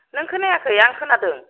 नों खोनायाखै आं खोनादों